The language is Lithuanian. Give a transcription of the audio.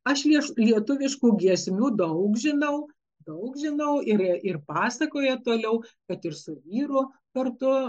aš lies lietuviškų giesmių daug žinau daug žinau yra ir pasakoja toliau kad ir su vyru kartu